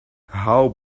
how